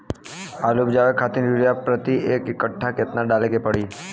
आलू उपजावे खातिर यूरिया प्रति एक कट्ठा केतना डाले के पड़ी?